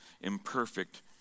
imperfect